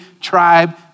tribe